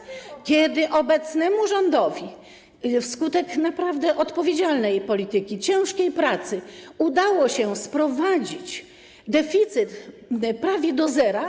I teraz, kiedy obecnemu rządowi wskutek naprawdę odpowiedzialnej polityki, ciężkiej pracy udało się sprowadzić deficyt prawie do zera.